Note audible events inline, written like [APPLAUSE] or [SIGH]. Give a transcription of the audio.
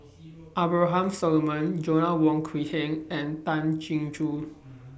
[NOISE] Abraham Solomon Joanna Wong Quee Heng and Tan Chin Joo